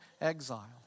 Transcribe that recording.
exile